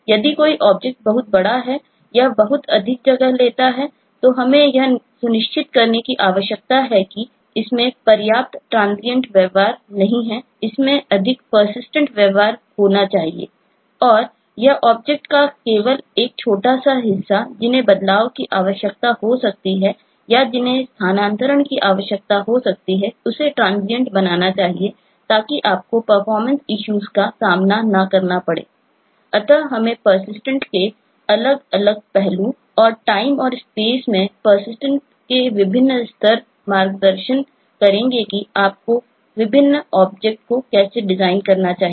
यदि कोई ऑब्जेक्ट को कैसे डिज़ाइन करना चाहिए